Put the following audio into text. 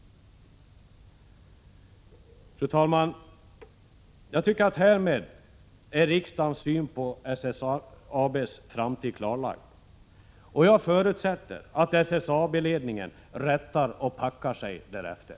Fru talman! Jag tycker att härmed är riksdagens syn på SSAB:s framtid klarlagd, och jag förutsätter att SSAB-ledningen rättar och packar sig därefter.